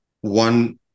one